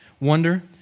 wonder